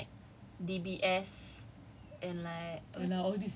and he he intern in like D_B_S